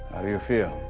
how do you feel?